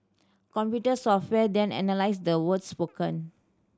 computer software then analyse the words spoken